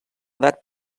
edat